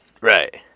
Right